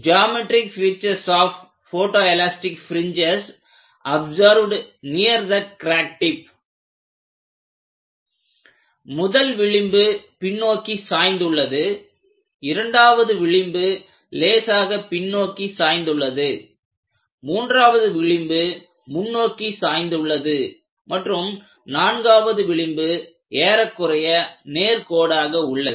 geometric pictures of photo elastic fringes observed near the crack tip முதல் விளிம்பு பின்னோக்கி சாய்ந்து உள்ளது இரண்டாவது விளிம்பு லேசாக பின் நோக்கி சாய்ந்துள்ளதுமூன்றாவது விளிம்பு முன்னோக்கி சாய்ந்து உள்ளது மற்றும் நான்காவது விளிம்பு ஏறக்குறைய நேர்கோடாக உள்ளது